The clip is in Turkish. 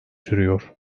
sürüyor